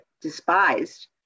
despised